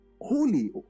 holy